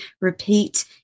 repeat